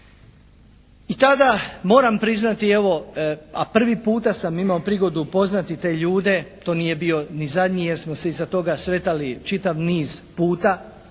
I tada moram priznati evo a prvi puta sam imao prigodu upoznati te ljude. To nije bio ni zadnji, jer smo se iza toga sretali čitav niz puta